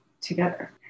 together